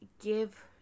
give